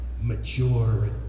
Mature